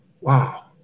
wow